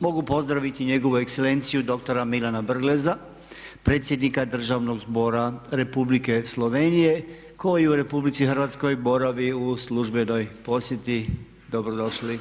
mogu pozdraviti nj.e. dr. Milana Brgleza, predsjednika Državnog zbora Republike Slovenije koji u Republici Hrvatskoj boravi u službenoj posjeti. Dobrodošli!